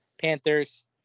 Panthers